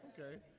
Okay